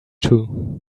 too